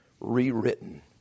rewritten